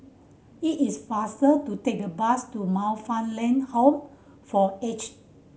it is faster to take the bus to Man Fatt Lam Home for Aged